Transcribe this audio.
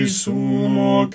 sumo